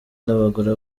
n’abagore